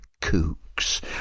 Kooks